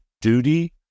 duty